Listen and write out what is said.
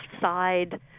side